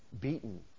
beaten